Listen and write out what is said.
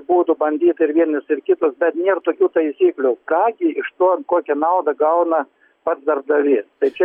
būtų bandyta ir vienus ir kitus bet nėr tokių taisyklių ką gi iš to kokią naudą gauna pats darbdavys tai čia